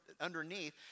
underneath